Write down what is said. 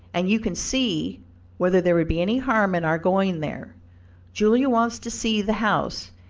and you can see whether there would be any harm in our going there julia wants to see the house,